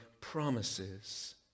promises